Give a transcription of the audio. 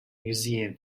museum